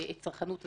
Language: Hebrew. את צרכנות הזנות,